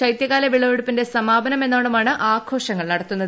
ശൈത്യകാല വിളവെടുപ്പിന്റെ സമാപനമെന്നോണമാണ് ആഘോഷങ്ങൾ നടത്തുന്നത്